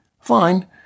Fine